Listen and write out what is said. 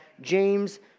James